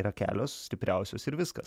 yra kelios stipriausios ir viskas